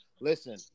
listen